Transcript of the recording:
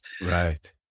right